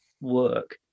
work